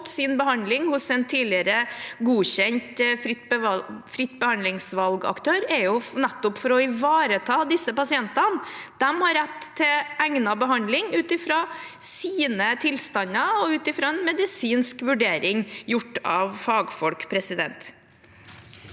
sin behandling hos en tidligere godkjent fritt behandlingsvalgaktør, er nettopp for å ivareta disse pasientene. De har rett på en egnet behandling ut fra sin tilstand og ut fra en medisinsk vurdering gjort av fagfolk.